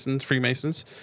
Freemasons